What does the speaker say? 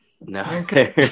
No